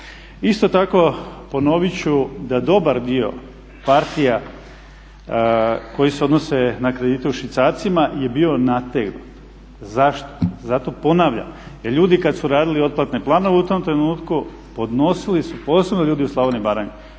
Isto tako ponovit ću da dobar dio partija koji se odnose na kredite u švicarcima je bio nategnut. Zašto? Zato ponavljam jer ljudi kad su radili otplatne planove u tom trenutku podnosili su, posebno ljudi u Slavoniji i Baranji,